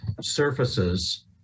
surfaces